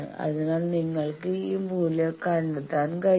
അതിനാൽ നിങ്ങൾക്ക് ഈ മൂല്യം കണ്ടെത്താൻ കഴിയും